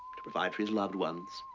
to provide for his loved ones,